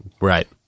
right